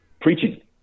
preaching